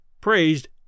praised